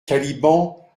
caliban